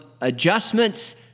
adjustments